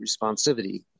responsivity